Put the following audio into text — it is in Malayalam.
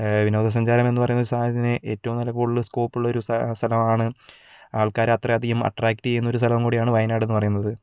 വിനോദ സഞ്ചാരമെന്നു പറയുന്ന ഒരു സാധനത്തിനെ ഏറ്റവും നല്ല കൂടുതൽ സ്കോപ്പ് ഉള്ളൊരു സ്ഥലമാണ് ആൾക്കാരത്രയും അധികം അട്രാക്ട് ചെയ്യുന്നൊരു സ്ഥലവും കൂടിയാണ് വയനാട് എന്നുപറയുന്നത്